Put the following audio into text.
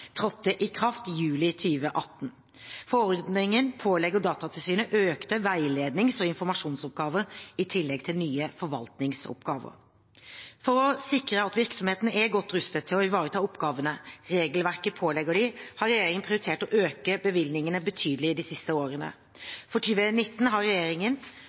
trådte i kraft i juli 2018. Forordningen pålegger Datatilsynet økte veilednings- og informasjonsoppgaver i tillegg til nye forvaltningsoppgaver. For å sikre at virksomheten er godt rustet til å ivareta oppgavene regelverket pålegger dem, har regjeringen prioritert å øke bevilgningene betydelig de siste årene. For 2019 har regjeringen